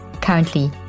Currently